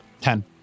Ten